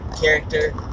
character